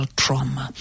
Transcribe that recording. trauma